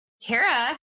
Tara